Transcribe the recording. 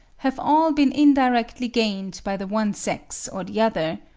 have all been indirectly gained by the one sex or the other,